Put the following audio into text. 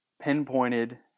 pinpointed